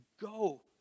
go